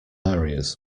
areas